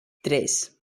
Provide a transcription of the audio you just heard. tres